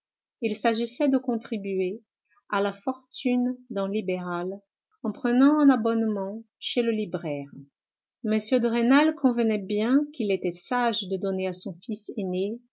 il s'agissait de contribuer à la fortune d'un libéral en prenant un abonnement chez le libraire m de rênal convenait bien qu'il était sage de donner à son fils aîné